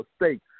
mistakes